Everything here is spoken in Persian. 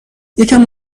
یکم